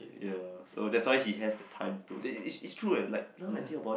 ya so that's why he has the time to it's it's true ya now that I think about it